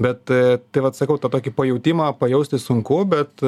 bet tai vat sakau tokį pajautimą pajausti sunku bet